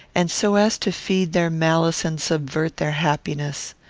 and so as to feed their malice and subvert their happiness.